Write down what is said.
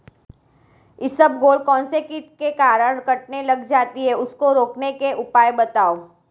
इसबगोल कौनसे कीट के कारण कटने लग जाती है उसको रोकने के उपाय बताओ?